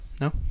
no